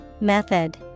Method